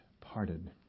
parted